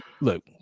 look